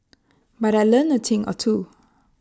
but I learnt A thing or two